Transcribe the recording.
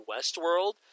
Westworld